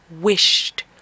wished